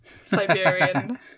Siberian